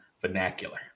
vernacular